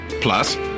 Plus